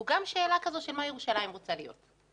הוא גם שאלה של מה ירושלים רוצה להיות,